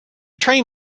train